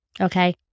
Okay